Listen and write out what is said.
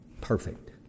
perfect